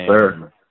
sir